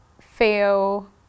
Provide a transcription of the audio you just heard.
feel